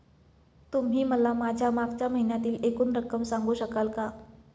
तुम्ही मला माझ्या मागच्या महिन्यातील एकूण रक्कम सांगू शकाल का?